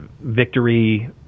victory